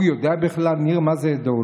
הוא יודע בכלל, ניר, מה זו אידיאולוגיה?